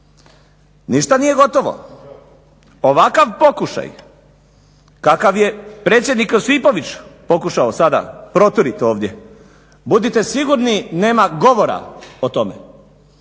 Ništa nije gotovo. Ovakav pokušaj kakav je predsjednik Josipović pokušao sada proturit ovdje budite sigurni nema govora o tome.